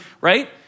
right